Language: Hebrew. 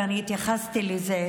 ואני התייחסתי לזה,